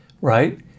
Right